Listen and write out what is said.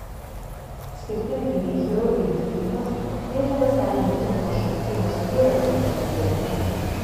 skirtingai nei chirurginis gydymas vėžio ląstelių naikinimas šalčiu nesukėlė daug nepatogumų